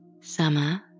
summer